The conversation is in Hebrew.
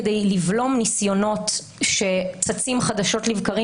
כדי לבלום ניסיונות שצצים חדשות לבקרים